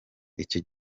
icyo